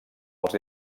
els